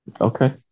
okay